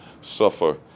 suffer